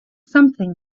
something